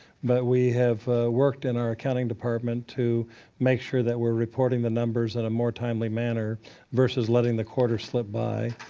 but we have worked in our accounting department to make sure that we're reporting the numbers in a more timely manner versus letting the quarter slip by.